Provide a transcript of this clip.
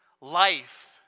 life